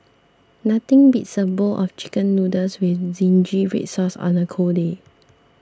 nothing beats a bowl of Chicken Noodles with Zingy Red Sauce on a cold day